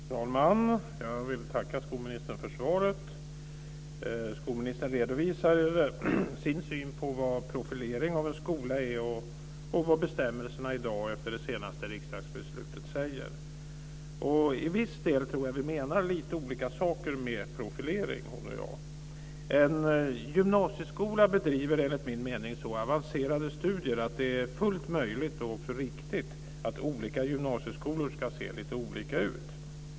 Fru talman! Jag vill tacka skolministern för svaret. Skolministern redovisade sin syn på vad profilering av en skola är och vad bestämmelserna i dag efter det senaste riksdagsbeslutet säger. Till viss del tror jag att vi menar lite olika saker med profilering. En gymnasieskola bedriver, enligt min mening, så avancerade studier att det är fullt möjligt och också riktigt att olika gymnasieskolor ska se lite olika ut.